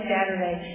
Saturday